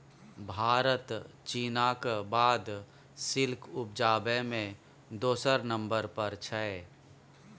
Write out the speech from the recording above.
भारत चीनक बाद सिल्क उपजाबै मे दोसर नंबर पर छै